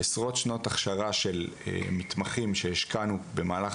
עשרות שנות הכשרה של מתמחים שהשקענו במהלך